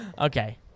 Okay